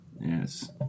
Yes